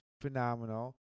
phenomenal